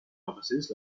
offices